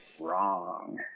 wrong